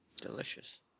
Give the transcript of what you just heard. Delicious